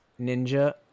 ninja